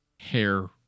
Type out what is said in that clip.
hair